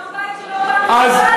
שלום-בית שלא פעם נכפה על הנשים.